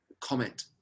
comment